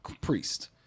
Priest